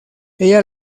ella